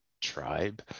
tribe